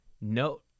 no